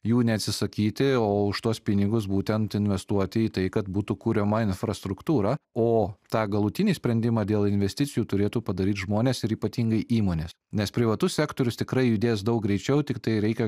jų neatsisakyti o už tuos pinigus būtent investuoti į tai kad būtų kuriama infrastruktūra o tą galutinį sprendimą dėl investicijų turėtų padaryt žmonės ir ypatingai įmonės nes privatus sektorius tikrai judės daug greičiau tiktai reikia